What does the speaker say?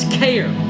care